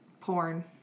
porn